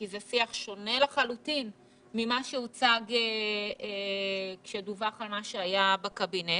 כי זה שיח שונה לחלוטין ממה שהוצג כשדווח על מה שהיה בקבינט